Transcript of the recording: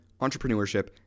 entrepreneurship